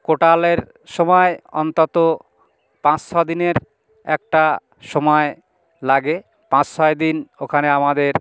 কোটালের সমায় অন্তত পাঁচ ছ দিনের একটা সময় লাগে পাঁচ ছয় দিন ওখানে আমাদের